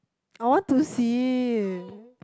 I want to see